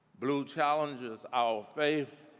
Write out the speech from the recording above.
bluu challenges our faith